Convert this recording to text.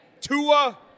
Tua